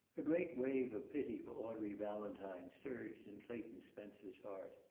a great wave of pity for audrey valentine surged in clayton spencer's heart.